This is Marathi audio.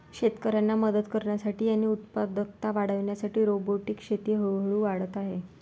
शेतकऱ्यांना मदत करण्यासाठी आणि उत्पादकता वाढविण्यासाठी रोबोटिक शेती हळूहळू वाढत आहे